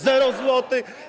Zero złotych.